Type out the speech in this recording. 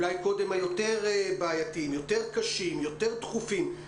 קודם היותר קשים או יותר דחופים,